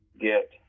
get